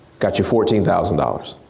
got you fourteen thousand dollars.